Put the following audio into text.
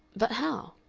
but how?